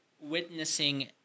witnessing